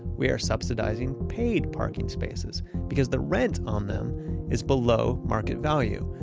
we're subsidizing paid parking spaces because the rent on them is below market value.